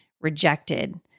rejected